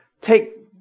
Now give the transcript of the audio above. take